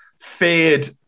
feared